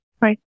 Right